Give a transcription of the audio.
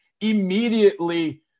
immediately